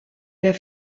der